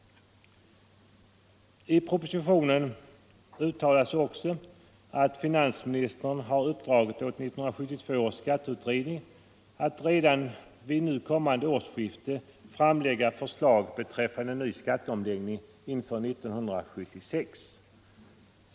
I propositionen uttalas också att finansministern uppdragit åt 1972 års skatteutredning att redan vid nu kommande årsskifte framlägga förslag beträffande en ny skatteomläggning inför år 1976.